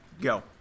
go